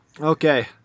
Okay